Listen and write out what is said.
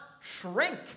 shrink